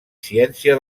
ciència